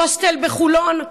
הוסטל בחולון,